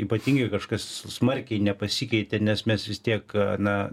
ypatingai kažkas smarkiai nepasikeitė nes mes vis tiek na